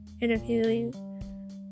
interviewing